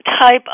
type